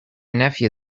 nephew